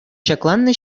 ҫакланнӑ